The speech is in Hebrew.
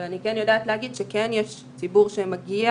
אבל אני כן יודעת להגיד שיש ציבור שמגיע